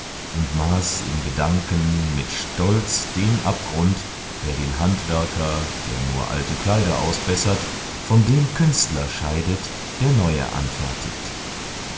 und maß in gedanken mit stolz den abgrund der den handwerker der nur alte kleider ausbessert von dem künstler scheidet der neue anfertigt